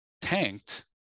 tanked